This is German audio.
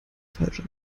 falsche